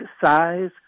size